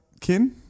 Kin